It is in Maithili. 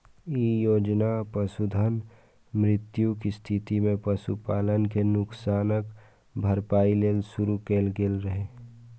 ई योजना पशुधनक मृत्युक स्थिति मे पशुपालक कें नुकसानक भरपाइ लेल शुरू कैल गेल रहै